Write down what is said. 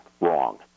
wrong